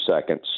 seconds